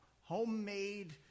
homemade